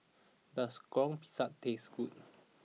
does Goreng Pisang taste good